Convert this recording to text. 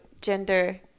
gender